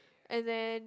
and then